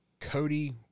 Cody